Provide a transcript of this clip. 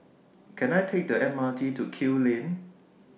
Can I Take The M R T to Kew Lane